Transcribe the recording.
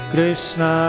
Krishna